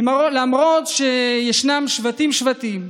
למרות שישנם שבטים-שבטים,